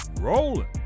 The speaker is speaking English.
rolling